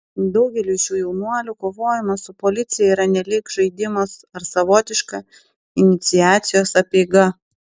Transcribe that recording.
daugeliui šių jaunuolių kovojimas su policija yra nelyg žaidimas ar savotiška iniciacijos apeiga